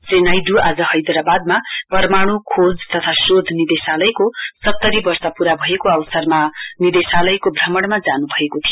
श्री नाइडू आज हैदराबादेमा परमाणु खोज तथा शोध निदेशालयको सत्तरी वर्ष पूरा भएको अवसरमा निदेशालयको भ्रमणमा जानु भएको थियो